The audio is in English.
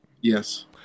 Yes